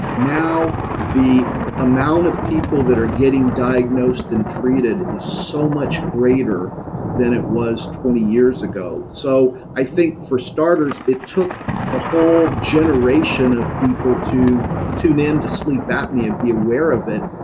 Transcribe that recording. now the amount of people that are getting diagnosed and treated is so much greater than it was twenty years ago. so i think for starters it took a whole generation of people to tune in to sleep apnea and be aware of it,